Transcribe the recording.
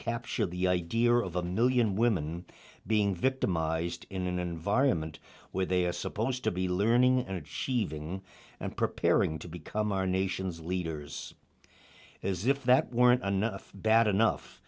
capture the idea of a million women being victimized in an environment where they are supposed to be learning and scheveningen and preparing to become our nation's leaders as if that weren't enough bad enough